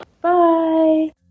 Bye